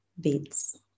beads